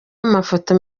amafoto